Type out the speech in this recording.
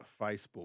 Facebook